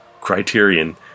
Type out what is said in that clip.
Criterion